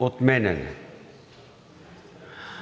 отменяне.